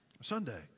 Sunday